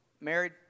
married